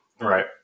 Right